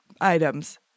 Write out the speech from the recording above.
items